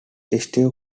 steve